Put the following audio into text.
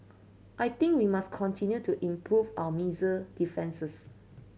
I think we must continue to improve our missile defences